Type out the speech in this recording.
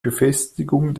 befestigung